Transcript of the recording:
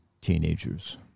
teenagers